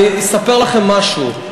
אני אספר לכם משהו.